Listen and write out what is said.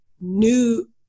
new